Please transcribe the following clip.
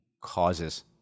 causes